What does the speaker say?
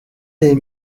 les